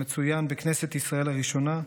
המצוין בכנסת ישראל לראשונה,